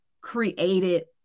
created